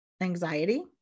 anxiety